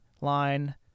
line